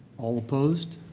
all opposed?